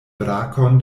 brakon